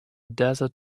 desert